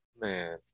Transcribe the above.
Man